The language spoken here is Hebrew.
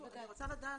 אני רוצה לדעת,